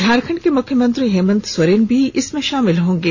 झारखंड के मुख्यमंत्री हेमंत सोरेन भी इसमें शामिल होंगे